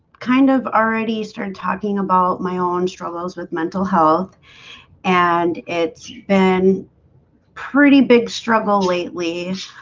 kind of already started talking about my own struggles with mental health and it's been pretty big struggle lately